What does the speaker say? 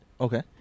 Okay